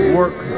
work